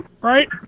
Right